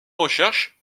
recherche